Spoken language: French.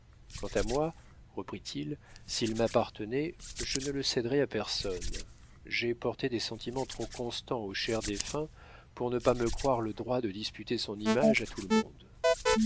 quant à moi reprit-il s'il m'appartenait je ne le céderais à personne j'ai porté des sentiments trop constants au cher défunt pour ne pas me croire le droit de disputer son image à tout le monde